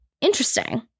interesting